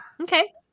Okay